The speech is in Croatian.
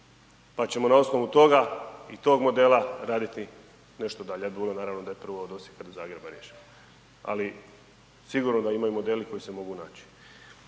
pa ćemo na osnovu toga i tog modela raditi nešto dalje, ja bi volio naravno da je prvo od Osijeka do Zagreba riješeno ali sigurno da imaju modeli koji se mogu naći.